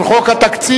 על חוק התקציב,